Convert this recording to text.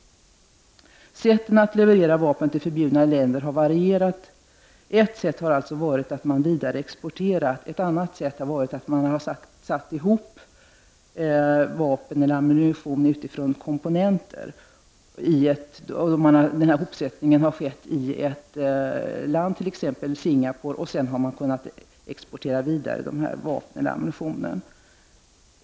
Sätten att leverera vapen till förbjudna länder har varierat. Ett sätt har alltså varit att vidareexportera. Ett annat har varit att man har satt ihop ammunition från komponenter. Hopsättningen har skett t.ex. i Singapore, och sedan har man kunnat exportera det vidare.